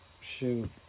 shoot